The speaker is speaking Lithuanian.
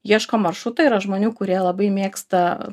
ieško maršruto yra žmonių kurie labai mėgsta